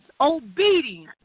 obedience